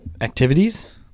activities